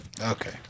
Okay